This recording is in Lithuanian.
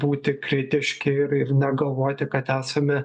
būti kritiški ir ir negalvoti kad esame